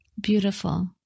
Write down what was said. Beautiful